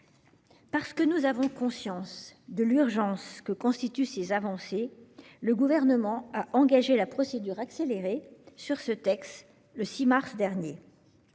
Parce que nous avons conscience du caractère urgent de ces avancées, le Gouvernement a engagé la procédure accélérée sur ce texte le 6 mars dernier.